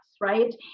right